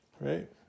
right